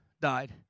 died